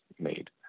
made